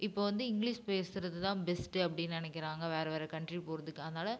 இப்போ வந்து இங்க்லீஷ் பேசுகிறது தான் பெஸ்ட்டு அப்படி நினைக்கிறாங்க வேறு வேறு கண்ட்ரி போகிறதுக்கு அதனால